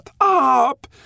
up